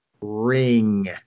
Ring